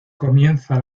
comienza